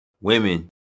women